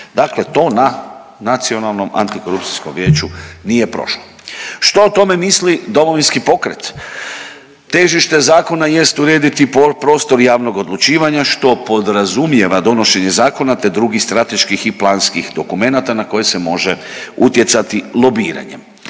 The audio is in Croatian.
Dakle, to na Nacionalnom antikorupcijskom vijeću nije prošlo. Što o tome misli Domovinski pokret? Težište zakona jest urediti prostor javnog odlučivanja što podrazumijeva donošenje zakona, te drugih strateških i planskih dokumenata na koje se može utjecati lobiranjem.